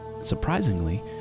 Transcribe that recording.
Surprisingly